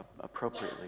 appropriately